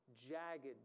jagged